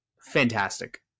Fantastic